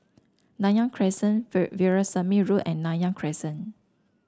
Nanyang Crescent Veerasamy Road and Nanyang Crescent